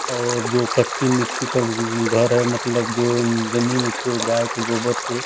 और जो कच्ची मिट्टी का घर है मतलब जो ज़मीन है उसको गाय के गोबर से